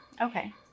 Okay